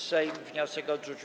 Sejm wniosek odrzucił.